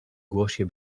głosie